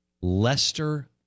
Lester